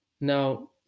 Now